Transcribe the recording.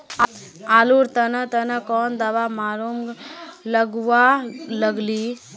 आलूर तने तने कौन दावा मारूम गालुवा लगली?